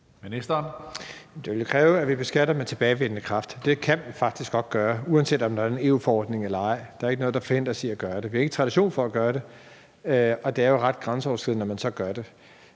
Det ville jo kræve, at vi beskatter med tilbagevirkende kraft. Det kan vi faktisk godt gøre, uanset om der er en EU-forordning eller ej. Der er ikke noget, der forhindrer os i at gøre det. Vi har ikke tradition for at gøre det, og det er jo ret grænseoverskridende, når man så gør det.